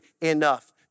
enough